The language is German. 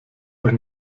euch